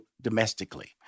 domestically